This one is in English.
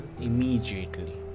immediately